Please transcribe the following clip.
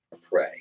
Pray